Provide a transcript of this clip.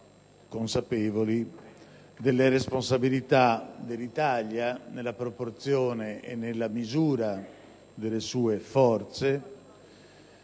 consapevoli delle responsabilità dell'Italia, nella proporzione e nella misura delle sue forze,